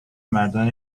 مردان